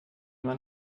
man